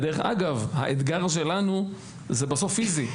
האתגר שלנו בסוף הוא פיזי,